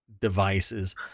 devices